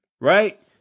Right